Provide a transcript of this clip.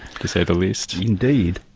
to say the least. indeed.